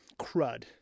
crud